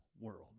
world